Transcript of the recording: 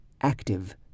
active